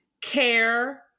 CARE